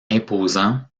imposant